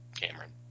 Cameron